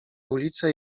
ulice